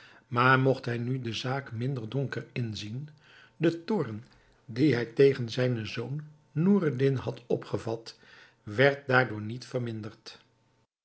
maar mogt hij nu de zaak minder donker inzien de toorn dien hij tegen zijnen zoon noureddin had opgevat werd daardoor niet verminderd